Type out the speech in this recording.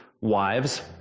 wives